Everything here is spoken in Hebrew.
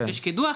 יש קידוח,